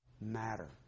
matter